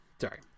sorry